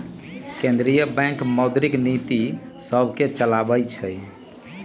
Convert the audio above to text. केंद्रीय बैंक मौद्रिक नीतिय सभके चलाबइ छइ